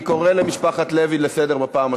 אני קורא את משפחת לוי בפעם השנייה.